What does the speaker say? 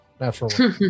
natural